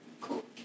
Cool